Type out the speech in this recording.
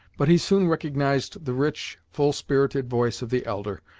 but he soon recognized the rich, full-spirited voice of the elder,